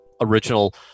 original